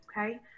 Okay